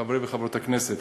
חברי וחברות הכנסת,